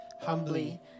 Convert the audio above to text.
humbly